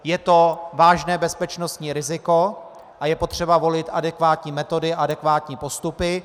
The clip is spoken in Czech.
Je to vážné bezpečnostní riziko a je třeba volit adekvátní metody a adekvátní postupy.